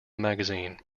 magazine